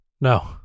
No